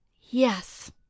Yes